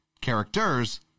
characters